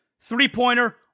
three-pointer